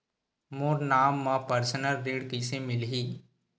मोर नाम म परसनल ऋण कइसे मिलही?